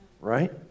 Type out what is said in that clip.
Right